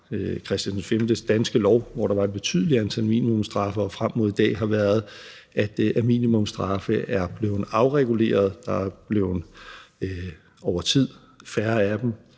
Christian V’s Danske Lov, hvor der var et betydeligt antal minimumsstraffe, og frem mod i dag har været sådan, at minimumsstraffe er blevet afreguleret; der er over tid blevet færre af dem,